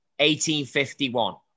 1851